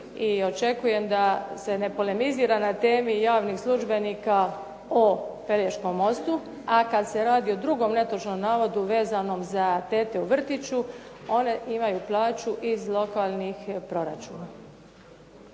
i očekujem da se ne polemizira na temi javni službenika o Pelješkom mostu. A kada se radi o drugom netočnom navodu vezanom za tete u vrtiću one imaju plaću iz lokalnih proračuna.